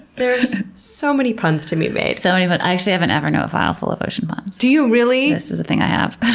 there's so many puns to be made. so and but i actually have an evernote file full of ocean puns. do you really? this is a thing i have.